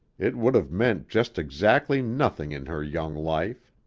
it would have meant just exactly nothing in her young life.